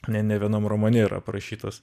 ne nevienam romane yra aprašytas